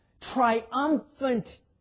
triumphant